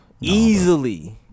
Easily